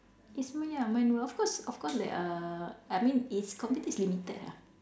it's man~ ya manual of course of course there are I mean is computer is limited ah